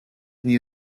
new